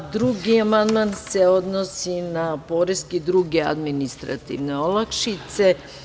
Drugi amandman se odnosi na poreske i druge administrativne olakšice.